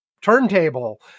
turntable